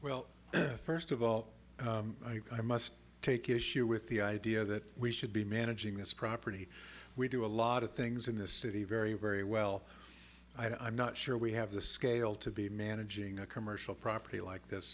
well first of all i must take issue with the idea that we should be managing this property we do a lot of things in this city very very well i'm not sure we have the scale to be managing a commercial property like this